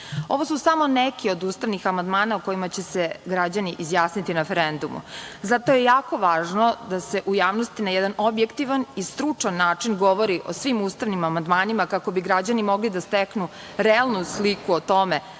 su samo neki od ustavnih amandmana o kojima će se građani izjasniti na referendumu, zato je jako važno da se u javnosti na jedan objektivan i stručan način govori o svim ustavnim amandmanima, kako bi građani mogli da steknu realnu sliku o tome